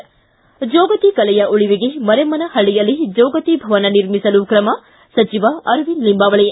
ಿ ಜೋಗತಿ ಕಲೆಯ ಉಳವಿಗೆ ಮರೇಮ್ನ ಹಳ್ಳಯಲ್ಲಿ ಜೋಗತಿ ಭವನ ನಿರ್ಮಿಸಲು ಕ್ರಮ ಸಚಿವ ಅರವಿಂದ ಲಿಂಬಾವಳಿ